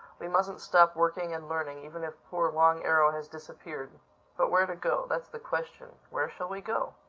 we mustn't stop working and learning, even if poor long arrow has disappeared but where to go that's the question. where shall we go?